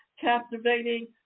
captivating